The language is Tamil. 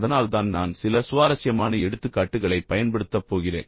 அதனால்தான் நான் சில சுவாரஸ்யமான எடுத்துக்காட்டுகளைப் பயன்படுத்தப் போகிறேன்